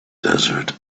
desert